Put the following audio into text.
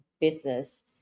business